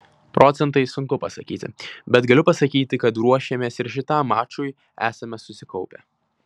procentais sunku pasakyti bet galiu pasakyti kad ruošėmės ir šitam mačui esame susikaupę